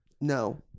No